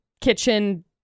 kitchen